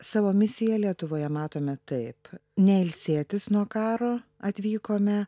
savo misiją lietuvoje matome taip ne ilsėtis nuo karo atvykome